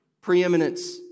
Preeminence